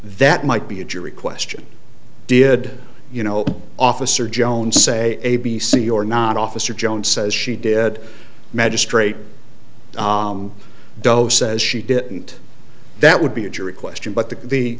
that might be a jury question did you know officer jones say a b c or not officer jones says she did magistrate doe says she didn't that would be a jury question but the the